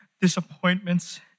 disappointments